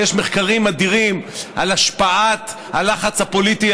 ויש מחקרים אדירים על השפעת הלחץ הפוליטי